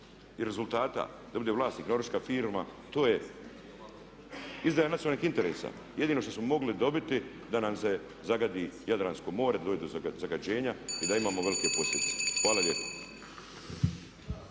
rezultata, da bude vlasnik Norveška firma to je izdaja nacionalnih interesa. Jedino što smo mogli dobiti da nam se zagadi Jadranko more, da dođe do zagađenja i da imamo velike posljedice. Hvala lijepa.